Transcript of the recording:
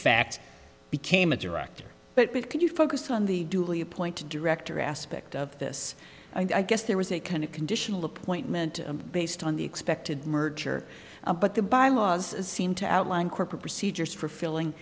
fact became a director but because you focused on the duly appointed director aspect of this i guess there was a kind of conditional appointment based on the expected merger but the bylaws seemed to outline core procedures for filling